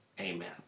Amen